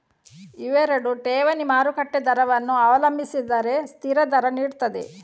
ಇವೆರಡು ಠೇವಣಿ ಮಾರುಕಟ್ಟೆ ದರವನ್ನ ಅವಲಂಬಿಸಿರದೆ ಸ್ಥಿರ ದರ ನೀಡ್ತದೆ